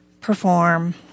perform